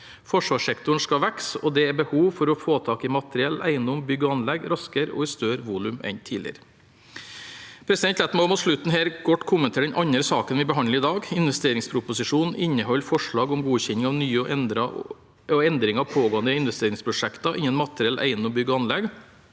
Forsvarssektoren skal vokse, og det er behov for å få tak i materiell, eiendom, bygg og anlegg raskere og i større volum enn tidligere. La meg mot slutten her kort kommentere den andre saken vi behandler i dag. Investeringsproposisjonen inneholder forslag om godkjenning av nye og endring av pågående investeringsprosjekter innen materiell, eiendom, bygg og anlegg.